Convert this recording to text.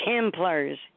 Templars